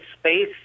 space